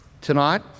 Tonight